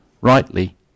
rightly